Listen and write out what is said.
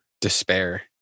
despair